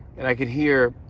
and i could hear